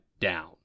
down